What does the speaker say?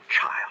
child